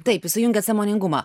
taip įsijungia sąmoningumą